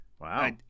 Wow